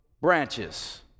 branches